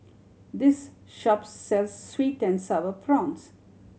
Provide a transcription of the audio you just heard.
this shop sells sweet and Sour Prawns